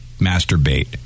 masturbate